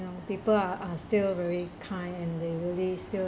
people are are still very kind and they really still